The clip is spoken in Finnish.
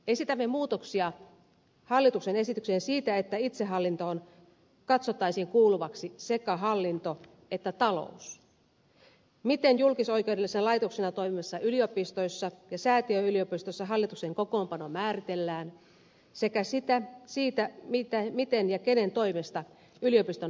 esitämme muutoksia hallituksen esitykseen siinä että itsehallintoon katsottaisiin kuuluvaksi sekä hallinto että talous siinä miten julkisoikeudellisena laitoksena toimivissa yliopistoissa ja säätiöyliopistoissa hallituksen kokoonpano määritellään sekä siinä miten ja kenen toimesta yliopiston hallitus valitaan